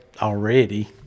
already